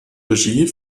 regie